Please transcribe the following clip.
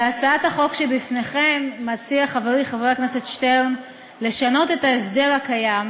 בהצעת החוק שבפניכם מציע חברי חבר הכנסת שטרן לשנות את ההסדר הקיים,